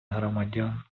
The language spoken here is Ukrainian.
громадян